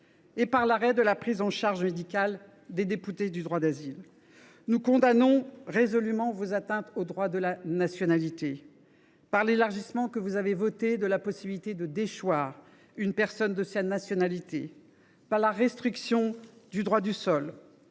non plus l’arrêt de la prise en charge médicale des déboutés du droit d’asile. Nous condamnons résolument vos atteintes au droit de la nationalité, par l’élargissement de la possibilité de déchoir une personne de sa nationalité et par la restriction du droit du sol.